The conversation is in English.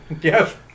yes